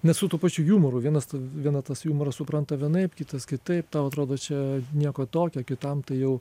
net su tuo pačiu jumoru vienas vieną tas jumorą supranta vienaip kitas kitaip tau atrodo čia nieko tokio kitam tai jau